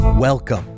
Welcome